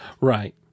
right